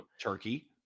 Turkey